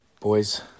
boys